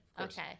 Okay